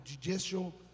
judicial